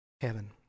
heaven